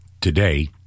today